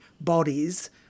bodies